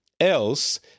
else